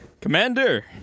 Commander